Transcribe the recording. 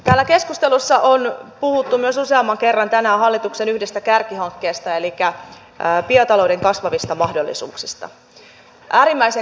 täällä keskustelussa on puhuttu myös useamman kerran tänään hallituksen yhdestä kärkihankkeesta elikkä biotalouden kasvavista mahdollisuuksista